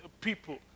people